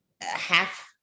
half